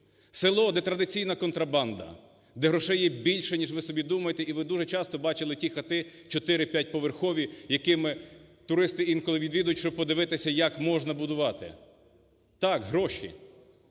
Село, де традиційна контрабанда, де грошей є більше, ніж ви собі думаєте. І ви дуже часто бачили ті хати, 4-5-поверхові, які туристи інколи відвідують, щоб подивитися, як можна будувати. Так, гроші.